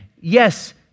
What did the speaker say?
Yes